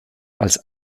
als